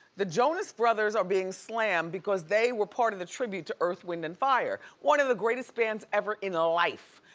the jonas brothers are being slammed because they were part of the tribute to earth, wind and fire, one of the greatest bands ever in life.